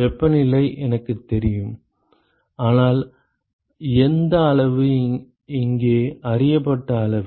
வெப்பநிலை எனக்குத் தெரியும் அதனால் எந்த அளவு இங்கே அறியப்பட்ட அளவு